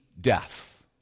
death